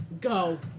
Go